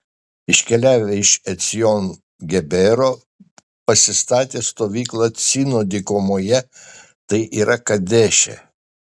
iškeliavę iš ecjon gebero pasistatė stovyklą cino dykumoje tai yra kadeše